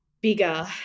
Bigger